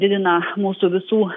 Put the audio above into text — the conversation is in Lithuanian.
didina mūsų visų